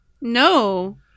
No